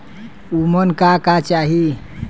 उमन का का चाही?